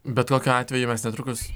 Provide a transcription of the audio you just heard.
bet kokiu atveju mes netrukus